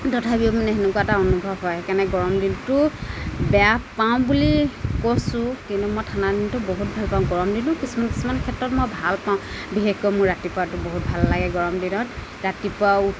তথাপিও মানে সেনেকুৱা এটা অনুভৱ হয় সেইকাৰণে গৰম দিনটো বেয়া পাওঁ বুলি কৈছোঁ কিন্তু মই ঠাণ্ডা দিনটো বহুত ভাল পাওঁ গৰম দিনটো কিছুমান কিছুমান ক্ষেত্ৰত ভাল পাওঁ বিশেষকৈ মোৰ ৰাতিপুৱাটো বহুত ভাল লাগে গৰম দিনত ৰাতিপুৱা